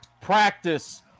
Practice